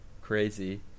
Crazy